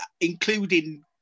including